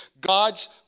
God's